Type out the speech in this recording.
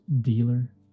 dealer